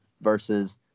versus